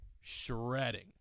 shredding